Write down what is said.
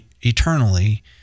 eternally